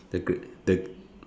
the gl~ the